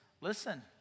listen